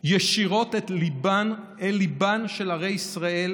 ישירות אל ליבן של ערי ישראל.